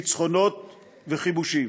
ניצחונות וכיבושים.